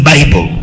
Bible